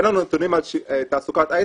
אין לנו נתונים על תעסוקת הייטק,